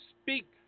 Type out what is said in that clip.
speak